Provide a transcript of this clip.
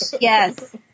Yes